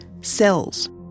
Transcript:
cells